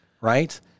right